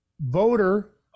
voter